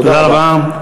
תודה רבה.